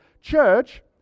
church